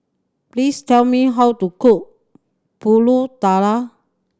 please tell me how to cook Pulut Tatal